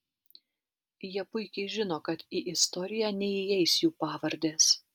jie puikiai žino kad į istoriją neįeis jų pavardės